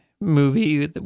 movie